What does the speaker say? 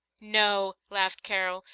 no, laughed carol,